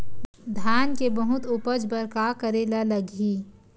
धान के बहुत उपज बर का करेला लगही?